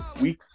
Week